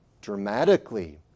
dramatically